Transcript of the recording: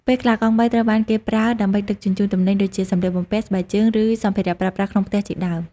ពេលខ្លះ កង់បីត្រូវបានគេប្រើដើម្បីដឹកជញ្ជូនទំនិញដូចជា សម្លៀកបំពាក់ ស្បែកជើង ឬសម្ភារៈប្រើប្រាស់ក្នុងផ្ទះជាដើម។